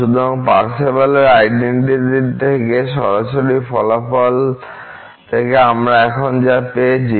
সুতরাং পার্সেভালের আইডেনটিটি থেকে সরাসরি ফলাফল থেকে আমরা এখন যা পেয়েছি